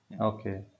okay